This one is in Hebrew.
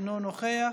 אינו נוכח,